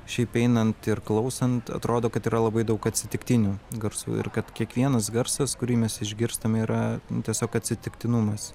šiaip einant ir klausant atrodo kad yra labai daug atsitiktinių garsų ir kad kiekvienas garsas kurį mes išgirstam yra tiesiog atsitiktinumas